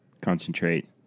concentrate